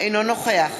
אינו נוכח